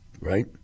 Right